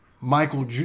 Michael